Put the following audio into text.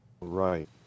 Right